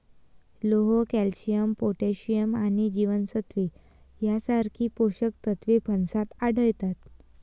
लोह, calcium, potassium आणि जीवनसत्त्वे यांसारखी पोषक तत्वे फणसात आढळतात